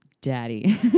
daddy